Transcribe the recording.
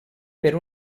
per